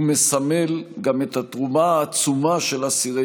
הוא מסמל גם את התרומה העצומה של אסירי